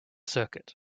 circuit